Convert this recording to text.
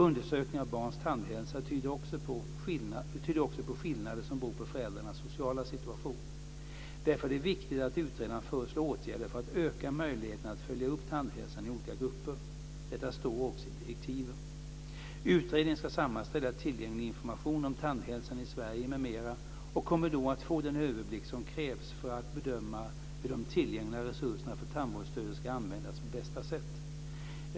Undersökningar av barns tandhälsa tyder också på skillnader som beror på föräldrarnas sociala situation. Därför är det viktigt att utredaren föreslår åtgärder för att öka möjligheterna att följa upp tandhälsan i olika grupper. Detta står också i direktiven. Utredningen ska sammanställa tillgänglig information om tandhälsan i Sverige m.m. och kommer då att få den överblick som krävs för att bedöma hur de tillgängliga resurserna för tandvårdsstödet ska användas på bästa sätt.